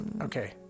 okay